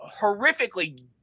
horrifically